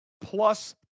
Plus